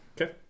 Okay